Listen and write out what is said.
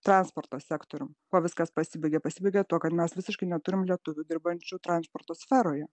transporto sektorium kuo viskas pasibaigė pasibaigė tuo kad mes visiškai neturim lietuvių dirbančių transporto sferoje